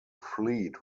fleet